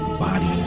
body